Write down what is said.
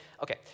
okay